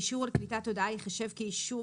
אישור על קליטת הודעה ייחשב כאישור